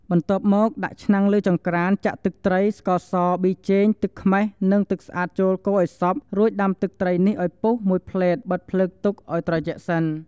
បន្ទាប់មក ដាក់ឆ្នាំងលើចង្ក្រានចាក់ទឹកត្រី ស្ករស ប៊ីចេង ទឹកខ្មេះ និង ទឹកស្អាតចូលកូរឲ្យសព្វ រួចដាំទឹកត្រីនេះឲ្យពុះមួយភ្លែតបិទភ្លើងទុកឲ្យត្រជាក់សិន។